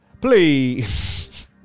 Please